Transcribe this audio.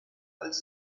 als